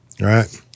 right